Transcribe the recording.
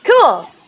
cool